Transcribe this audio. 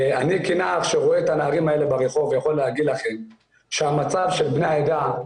אני כנער שרואה את הנערים האלה ברחוב ויכול להגיד לכם שהמצב של בני העדה